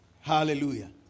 Hallelujah